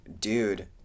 dude